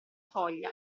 foglia